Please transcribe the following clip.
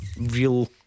Real